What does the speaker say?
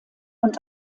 und